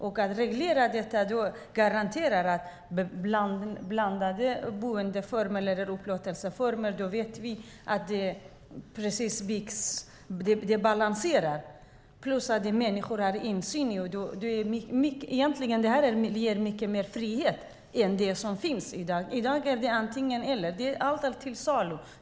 Genom att reglera detta garanterar vi blandade upplåtelseformer, och då vet vi att det blir balans. Samtidigt har människor insyn. Det här ger mycket mer frihet än det som finns i dag. I dag är det antingen-eller. Allt är till salu.